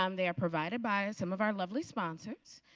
um they are provided by some of our lovely sponsors.